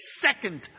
second